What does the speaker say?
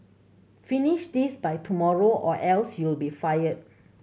finish this by tomorrow or else you'll be fired